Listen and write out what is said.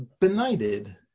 benighted